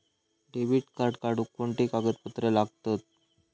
Debit card काढुक कोणते कागदपत्र लागतत?